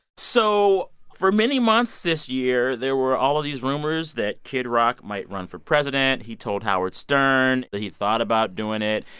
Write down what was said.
so for many months this year, there were all of these rumors that kid rock might run for president. he told howard stern that he thought about doing it.